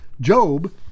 Job